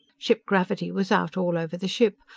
ship-gravity was out all over the ship.